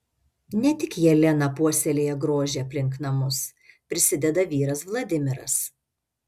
ne tik jelena puoselėja grožį aplink namus prisideda vyras vladimiras